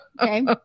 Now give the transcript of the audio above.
okay